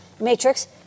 matrix